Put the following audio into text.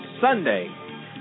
Sunday